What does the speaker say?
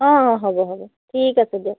অঁ অঁ হ'ব হ'ব ঠিক আছে দিয়ক